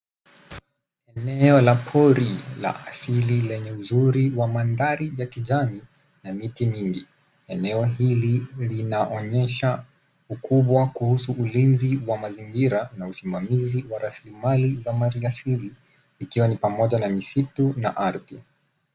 Eneo la pori la asili lenye uzuri wa mandhari ya kijani na miti mingi. Eneo hili linaonyesha ukubwa kuhusu ulinzi wa mazingira na usimamizi wa rasilimali za maliasili ikiwa ni pamoja na misitu na ardhi.